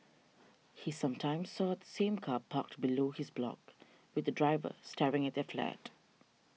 he sometimes saw the same car parked below his block with the driver staring at their flat